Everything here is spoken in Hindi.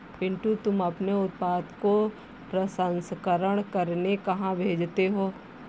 पिंटू तुम अपने उत्पादन को प्रसंस्करण करने कहां भेजते हो?